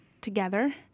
together